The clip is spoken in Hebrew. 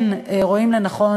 כן רואים לנכון